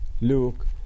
Luke